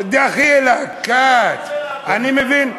דחילק, כץ, אני מבין.